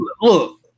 Look